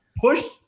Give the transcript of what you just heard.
pushed